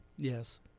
Yes